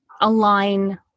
align